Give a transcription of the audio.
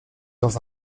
dans